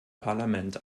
parlament